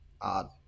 odd